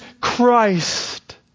Christ